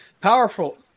powerful